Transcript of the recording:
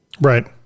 Right